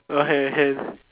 okay can